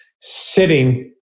sitting